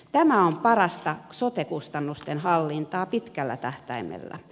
tämä on parasta sote kustannusten hallintaa pitkällä tähtäimellä